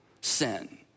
sin